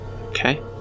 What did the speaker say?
Okay